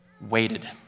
waited